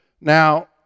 Now